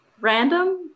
random